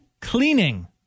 cleaning